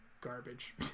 garbage